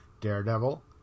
Daredevil